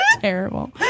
Terrible